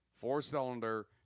four-cylinder